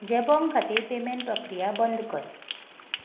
जेबोंग खातीर पेमॅंट प्रक्रिया बंद कर